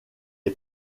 est